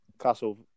Castle